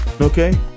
okay